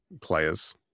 players